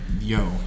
yo